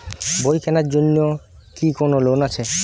বই কেনার জন্য কি কোন লোন আছে?